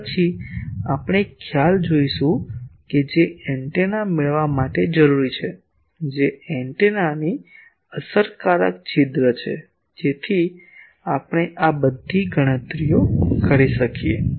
અને પછી આપણે એક ખ્યાલ જોશું જે એન્ટેના મેળવવા માટે જરૂરી છે જે એન્ટેનાની અસરકારક છિદ્ર છે જેથી આપણે આ બધી ગણતરીઓ કરી શકીએ